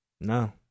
No